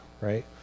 right